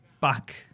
back